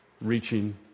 reaching